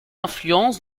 influence